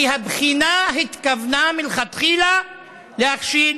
כי הבחינה התכוונה מלכתחילה להכשיל